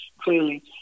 clearly